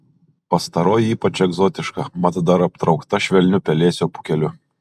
pastaroji ypač egzotiška mat dar aptraukta švelniu pelėsio pūkeliu